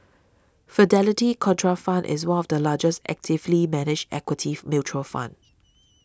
Fidelity Contrafund is one of the largest actively managed equity mutual fund